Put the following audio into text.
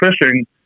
fishing